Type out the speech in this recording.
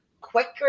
quicker